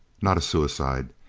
not a suicide!